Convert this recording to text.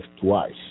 twice